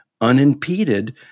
unimpeded